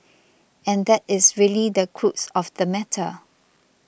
and that is really the crux of the matter